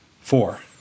Four